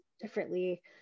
differently